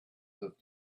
that